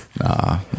Nah